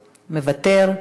מוותר.